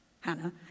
Hannah